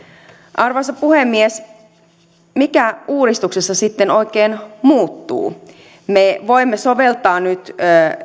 arvoisa puhemies mikä uudistuksessa sitten oikein muuttuu me voimme soveltaa nyt